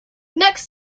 next